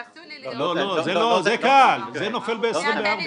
לא, זה קל, זה נופל ב-24.